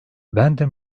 bende